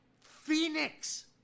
Phoenix